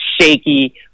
shaky